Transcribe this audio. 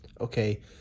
okay